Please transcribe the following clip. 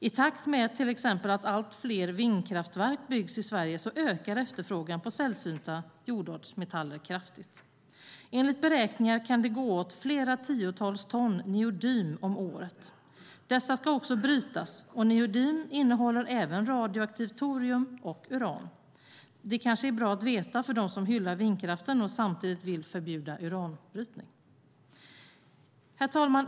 I takt med till exempel att allt fler vindkraftverk byggs i Sverige ökar efterfrågan på sällsynta jordartsmetaller kraftigt. Enligt beräkningar kan det gå åt flera tiotals ton neodym om året. Dessa ska också brytas, och neodym innehåller även radioaktivt torium och uran. Det kanske är bra att veta för dem som hyllar vindkraften och samtidigt vill förbjuda uranbrytning. Herr talman!